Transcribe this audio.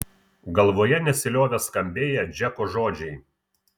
galvoje nesiliovė skambėję džeko žodžiai